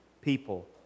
people